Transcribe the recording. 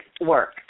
work